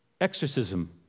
exorcism